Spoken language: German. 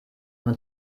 nun